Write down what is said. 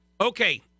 Okay